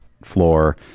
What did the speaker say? floor